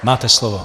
Máte slovo.